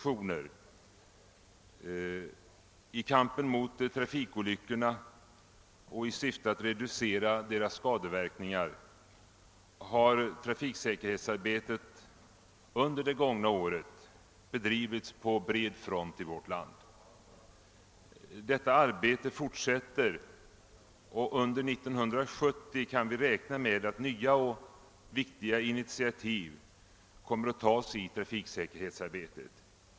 I kampen mot trafikolyckorna och i syfte att reducera deras skadeverkningar har trafiksäkerhetsarbetet under det gångna året bedrivits på bred front i vårt land. Detta arbete fortsätter och under 1970 kan vi räkna med att nya och viktiga initiativ kommer att tas i trafiksäkerhetsarbetet.